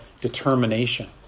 determination